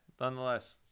nonetheless